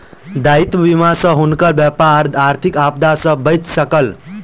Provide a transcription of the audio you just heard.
दायित्व बीमा सॅ हुनकर व्यापार आर्थिक आपदा सॅ बचि सकल